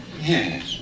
Yes